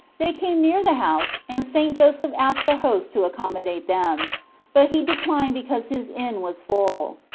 they came near the house and st. joseph asked the host to accommodate them but he declined because his inn was full.